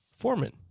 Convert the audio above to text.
foreman